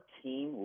team